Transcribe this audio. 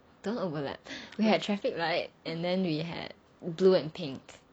don't overlap we had traffic light and then we have blue and pink